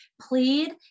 plead